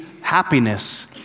happiness